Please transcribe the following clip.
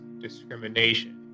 discrimination